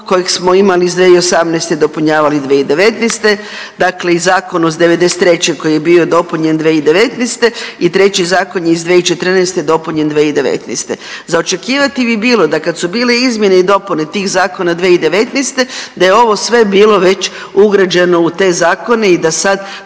kojeg smo imali iz 2018., dopunjavali 2019., dakle i zakonu iz '93. koji je bio dopunjen 2019. i treći zakon je iz 2014. dopunjen 2019. Za očekivati bi bilo da kad su bile izmjene i dopune tih zakona 2019. da je ovo sve bilo ugrađeno u te zakone i da sad